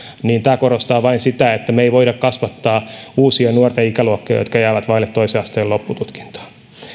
niin tämä vain korostaa sitä että me emme voi kasvattaa uusia nuorten ikäluokkia jotka jäävät vaille toisen asteen loppututkintoa